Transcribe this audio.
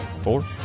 Four